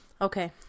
Okay